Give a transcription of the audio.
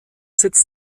sitz